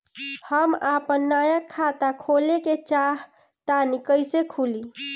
हम आपन नया खाता खोले के चाह तानि कइसे खुलि?